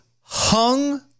hung